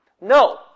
No